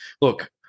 look